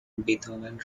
beethoven